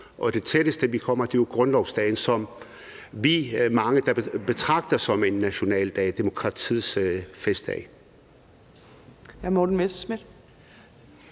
og det tætteste, vi kommer, er jo grundlovsdag, som vi er mange der betragter som en nationaldag, demokratiets festdag.